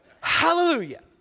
Hallelujah